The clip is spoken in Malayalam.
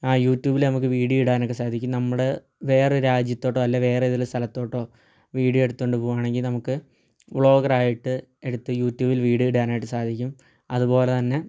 ആ യൂറ്റൂബിൽ നമുക്ക് വീഡിയോ ഇടാനൊക്കെ സാധിക്കും നമ്മുടെ വേറൊരു രാജ്യത്തോട്ടോ അല്ലെങ്കിൽ വേറെ ഏതേലും സ്ഥലത്തോട്ടോ വീഡിയോ എടുത്തു കൊണ്ട് പോകുവാണെങ്കിൽ നമുക്ക് വ്ളോഗറായിട്ട് എടുത്ത് യൂറ്റൂബിൽ വീഡിയോ ഇടാനായിട്ട് സാധിക്കും അതുപോലെ തന്നെ